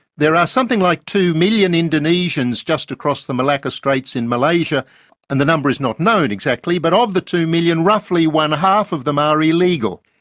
there are something like two million indonesians just across the malacca straits in malaysia and the number is not known exactly, but of the two million roughly one half of them are illegal.